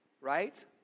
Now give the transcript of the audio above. right